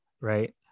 Right